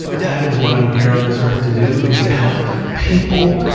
that is what i'm here on this earth to do, is to help people,